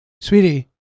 sweetie